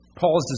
Paul's